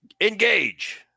Engage